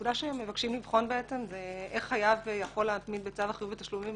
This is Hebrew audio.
הנקודה שהם מבקשים לבחון זה איך חייב להתמיד בצו החיוב בתשלומים,